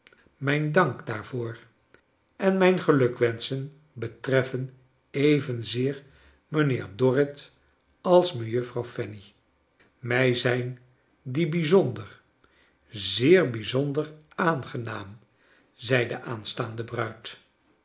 mijn dank daarvoor en mijn gelukwenschen betreffen evenzeer mijnheer dorrit als mejuffrouw fanny mij zijn die bijzonder zeer bij zonder aangenaam zei de aanstaande bruid